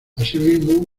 asimismo